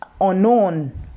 unknown